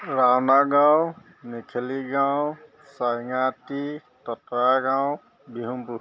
ৰাণা গাওঁ মেখেলি গাঁও চাইঙাটী ততয়া গাঁও বিহমপুৰ